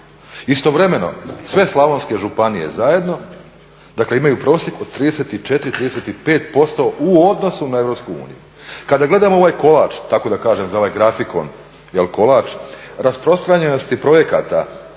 Istovremeno sve slavonske županije zajedno dakle imaju prosjek od 34, 35% u odnosu na Europsku uniju. Kada gledamo ovaj kolač tako da kažem za ovaj grafikon, kolač, rasprostranjenosti projekata